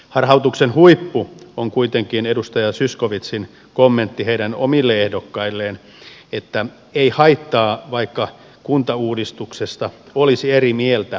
harhautuksen huippu on kuitenkin edustaja zyskowiczin kommentti heidän omille ehdokkailleen että ei haittaa vaikka kuntauudistuksesta olisi eri mieltä kuin hallitus